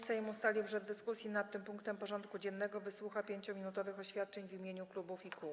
Sejm ustalił, że w dyskusji nad tym punktem porządku dziennego wysłucha 5-minutowych oświadczeń w imieniu klubów i kół.